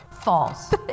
False